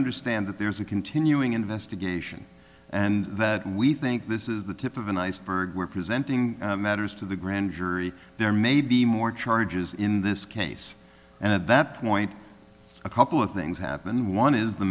understand that there's a continuing investigation and that we think this is the tip of an iceberg we're presenting matters to the grand jury there may be more charges in this case and at that point a couple of things happen one is the